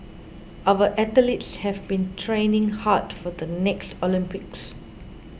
our athletes have been training hard for the next Olympics